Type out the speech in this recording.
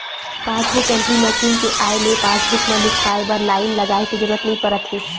passbook entry machine के आए ले पासबूक म लिखवाए बर लाईन लगाए के जरूरत नइ परत हे